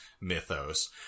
mythos